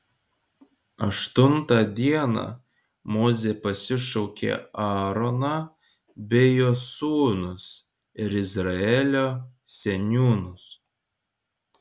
aštuntą dieną mozė pasišaukė aaroną bei jo sūnus ir izraelio seniūnus